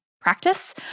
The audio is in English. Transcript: practice